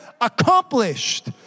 accomplished